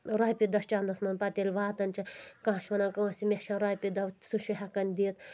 رۄپیہِ دہ چندس منٛز پتہٕ ییٚلہِ واتان چھُ کانٛہہ چھُ ونان کٲنٛسہِ مےٚ چھنہٕ رۄپیہِ دہ سُہ چھُ ہٮ۪کان دِتھ